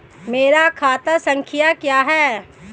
मेरा खाता संख्या क्या है?